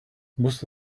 most